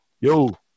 Yo